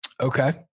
Okay